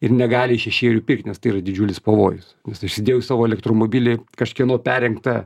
ir negali iš šešėlio pirkt nes tai yra didžiulis pavojus nes įsidėjus į savo elektromobilį kažkieno perrinktą